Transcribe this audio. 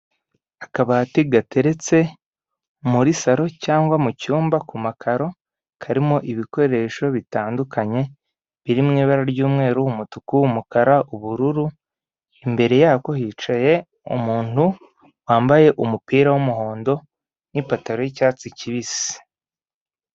Akabati gateretse muri saro cyangwa mu cyumba ku makaro karimo ibikoresho bitandukanye biri mu ibara ry'umweru umutuku umukara ubururu imbere yako hicaye umuntu wambaye umupira w'umuhondo n'ipantaro y'icyatsi kibisi.